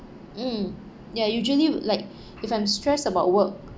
mm ya usually like if I'm stressed about work